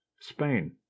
spain